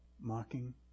mocking